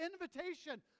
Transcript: invitation